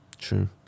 True